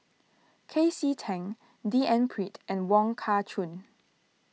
C K Tang D N Pritt and Wong Kah Chun